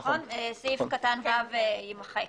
קבענו שסעיף קטן (ו) יימחק.